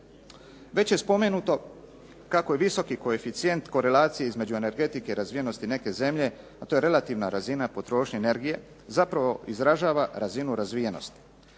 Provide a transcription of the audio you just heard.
Već je spomenuto kako je visoki koeficijent korelacije između energetike razvijenosti neke zemlje, a to je relativna razina potrošnje energije zapravo izražava razinu razvijenosti.